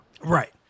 Right